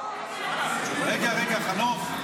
רגע, חנוך.